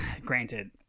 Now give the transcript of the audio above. Granted